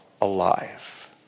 alive